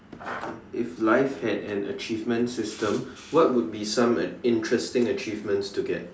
okay if life had an achievement system what would be some interesting achievements to get